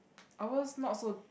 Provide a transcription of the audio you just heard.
ours not so